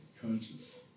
conscious